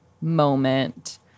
moment